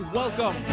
welcome